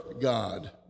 God